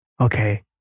Okay